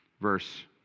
Verse